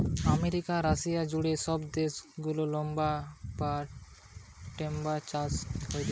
America, Russia জুড়ে সব দেশ গুলাতে লাম্বার বা টিম্বার চাষ হতিছে